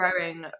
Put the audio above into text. growing